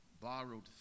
borrowed